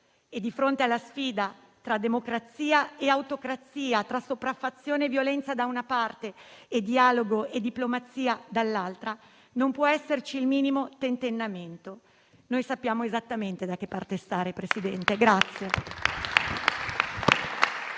Di fronte alla sfida tra democrazia e autocrazia, tra sopraffazione e violenza, da una parte, e dialogo e diplomazia, dall'altra, non può esserci il minimo tentennamento. Sappiamo esattamente da che parte stare.